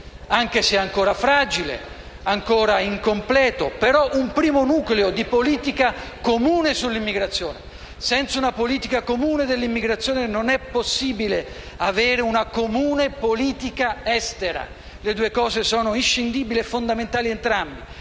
anche se è ancora fragile e incompleto, un primo nucleo di politica comune sull'immigrazione. Senza una politica dell'immigrazione non è possibile avere una comune politica estera: le due cose sono inscindibili e fondamentali entrambe.